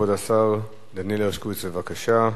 כבוד השר דניאל הרשקוביץ, בבקשה.